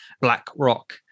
BlackRock